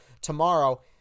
tomorrow